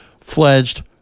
fledged